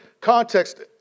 context